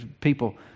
People